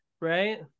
right